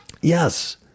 Yes